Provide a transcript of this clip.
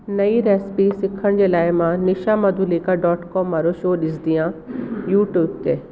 नई रेसिपी सिखण जे लाइ मां निशा मधुलिका डॉट कॉम वारो शो ॾिसंदी आहियां यूट्यूब ते